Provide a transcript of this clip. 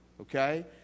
Okay